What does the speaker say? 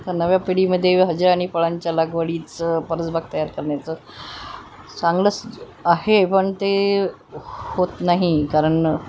तर नव्या पिढीमध्ये भाज्या आणि फळांच्या लागवडीचं परसबाग तयार करण्याचं चांगलंच आहे पण ते होत नाही कारण